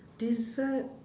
dessert